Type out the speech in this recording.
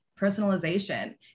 personalization